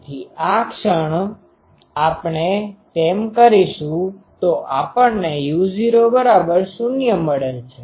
તેથી આ ક્ષણ આપણે તેમ કરીશું તો આપણને u00 મળે છે